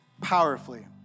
powerfully